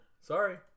Sorry